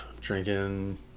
Drinking